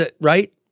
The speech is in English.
right